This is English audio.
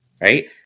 right